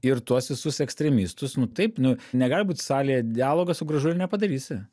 ir tuos visus ekstremistus nu taip nu negali būt salėje dialogas su gražuliu nepadarysi